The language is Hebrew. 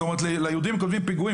זאת אומרת ליהודים כותבים פיגועים,